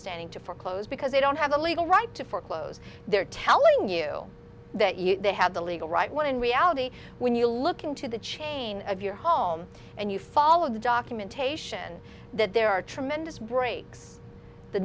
standing to foreclose because they don't have the legal right to foreclose they're telling you that you have the legal right when in reality when you look into the chain of your home and you follow the documentation that there are tremendous breaks the